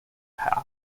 path